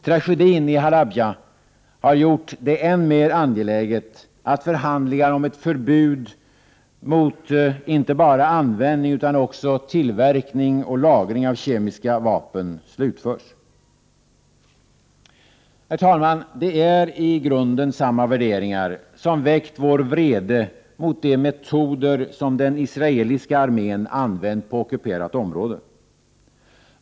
Tragedin i Halabja har gjort det än mer angeläget att förhandlingarna om ett förbud inte bara mot användning utan också mot tillverkning och lagring av kemiska vapen slutförs. Herr talman! Det är i grunden samma värderingar som väckt vår vrede mot de metoder som den israeliska armén använt på ockuperat område.